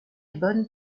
bonnes